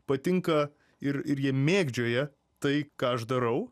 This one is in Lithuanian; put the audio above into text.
patinka ir ir jie mėgdžioja tai ką aš darau